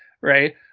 right